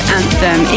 Anthem